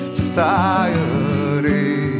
society